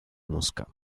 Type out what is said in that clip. mosca